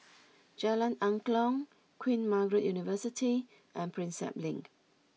Jalan Angklong Queen Margaret University and Prinsep Link